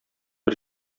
бер